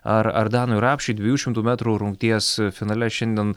ar ar danui rapšiui dviejų šimtų metrų rungties finale šiandien